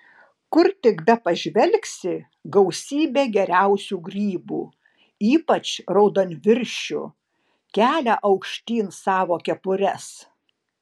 kur tik bepažvelgsi gausybė geriausių grybų ypač raudonviršių kelia aukštyn savo kepures